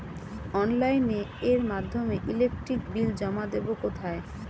অফলাইনে এর মাধ্যমে ইলেকট্রিক বিল জমা দেবো কোথায়?